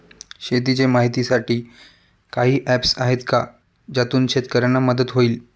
शेतीचे माहितीसाठी काही ऍप्स आहेत का ज्यातून शेतकऱ्यांना मदत होईल?